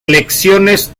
elecciones